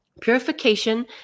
Purification